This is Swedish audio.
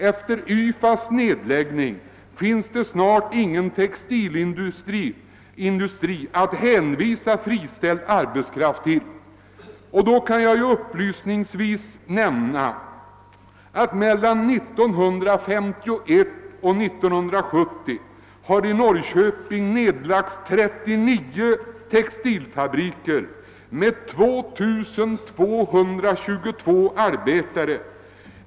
Efter YFA:s nedläggning finns det snart ingen textilindustri i staden att hänvisa friställd arbetskraft till. Jag kan upplysningsvis nämna att det mellan 1951 och 1970 i Norrköping har nedlagts 39 textilfabriker med 2 222 arbetare.